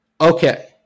Okay